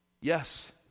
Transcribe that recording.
Yes